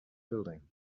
building